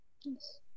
Yes